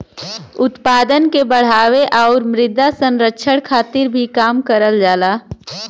उत्पादन के बढ़ावे आउर मृदा संरक्षण खातिर भी काम करल जाला